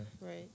right